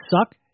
suck